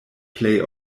plej